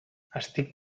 estic